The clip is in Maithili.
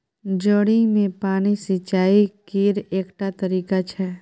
जड़ि मे पानि सिचाई केर एकटा तरीका छै